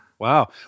Wow